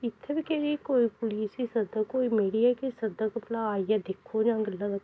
इत्थै बी केह्ड़ी कोई पुलीस गी सददा कोई मीडिया गी सददा कि भला कोई आइयै दिक्खो जां गल्ला दा कोई